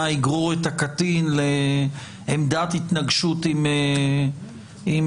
יגרור את הקטין לעמדת התנגשות עם הוריו.